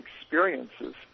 experiences